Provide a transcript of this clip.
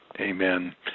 Amen